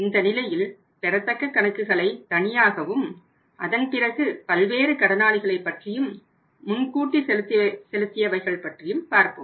இந்த நிலையில் பெறத்தக்க கணக்குகளை தனியாகவும் அதன்பிறகு பல்வேறு கடனாளிகளை பற்றியும் முன்கூட்டி செலுத்தியவைகள் பற்றியும் பார்ப்போம்